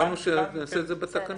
אמרנו שנעשה את זה בתקנות.